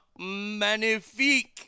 Magnifique